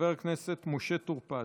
חבר הכנסת משה טור פז.